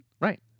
Right